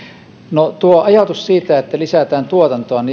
hallitus jakaa tuon ajatuksen siitä että lisätään tuotantoa